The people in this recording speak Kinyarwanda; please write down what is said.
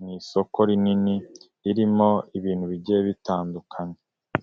mu isoko rinini ririmo ibintu bigiye bitandukanye.